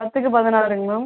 பத்துக்கு பதினாறுங்க மேம்